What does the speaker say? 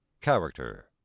character